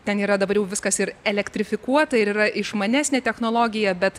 ten yra dabar jau viskas ir elektrifikuota ir yra išmanesnė technologija bet